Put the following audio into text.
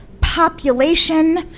population